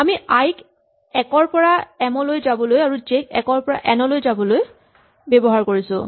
আমি আই ক ১ ৰ পৰা এম লৈ যাবলৈ আৰু জে ক ১ ৰ পৰা এন লৈ যাবলৈ ব্যৱহাৰ কৰিছো